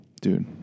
Dude